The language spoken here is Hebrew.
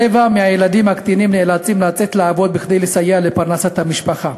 רבע מהילדים הקטינים נאלצים לצאת לעבוד כדי לסייע לפרנסת המשפחה.